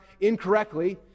incorrectly